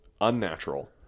unnatural